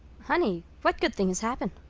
honey, what good thing has happened?